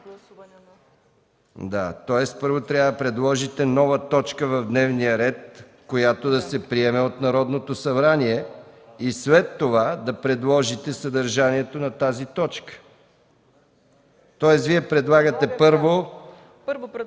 Тоест, първо трябва да предложите нова точка в дневния ред, която да се приеме от Народното събрание и след това да предложите съдържанието на тази точка. Тоест Вие предлагате първо...